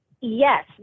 Yes